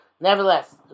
Nevertheless